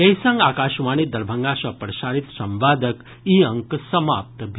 एहि संग आकाशवाणी दरभंगा सँ प्रसारित संवादक ई अंक समाप्त भेल